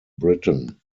britain